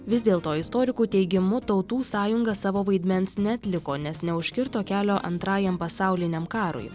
vis dėlto istorikų teigimu tautų sąjunga savo vaidmens neatliko nes neužkirto kelio antrajam pasauliniam karui